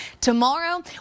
Tomorrow